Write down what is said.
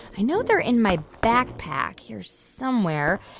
i know they're in my backpack here somewhere.